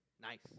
Nice